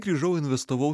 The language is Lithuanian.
grįžau investavau